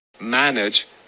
manage